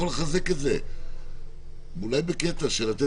פשוט השאלה היא אם אפשר לחדד את זה באופן שלא משנה את